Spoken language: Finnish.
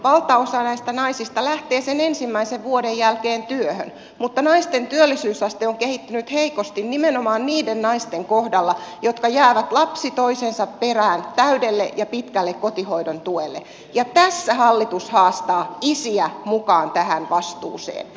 valtaosa näistä naisista lähtee sen ensimmäisen vuoden jälkeen työhön mutta naisten työllisyysaste on kehittynyt heikosti nimenomaan niiden naisten kohdalla jotka jäävät lapsi toisensa perään täydelle ja pitkälle kotihoidon tuelle ja tässä hallitus haastaa isiä mukaan tähän vastuuseen